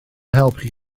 helpu